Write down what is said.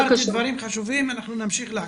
אמרת דברים חשובים, אנחנו נמשיך לעקוב.